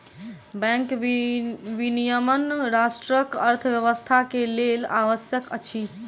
bank विनियमन राष्ट्रक अर्थव्यवस्था के लेल आवश्यक अछि